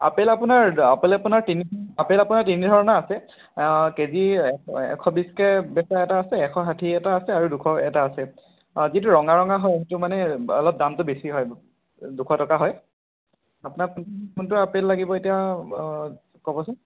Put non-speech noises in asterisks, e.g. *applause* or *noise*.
apple আপোনাৰ আপেল আপোনাৰ *unintelligible* আপেল আপোনাৰ তিনি ধৰণৰ আছে কেজি এশ এশ বিশ কে বেচা এটা আছে এশ ষাঠি এটা আছে আৰু দুশ এটা আছে যিটো ৰঙা ৰঙা হয় সেইটো মানে অলপ দামটো বেছি হয় দুশ টকা হয় আপোনাক কোনটো আপেল লাগিব এতিয়া ক'বচোন